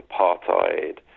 apartheid